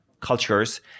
cultures